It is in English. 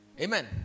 Amen